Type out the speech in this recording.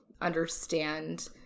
understand